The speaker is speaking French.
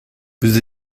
vous